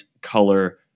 color